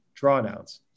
drawdowns